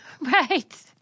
Right